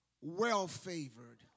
well-favored